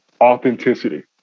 authenticity